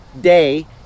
day